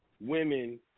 women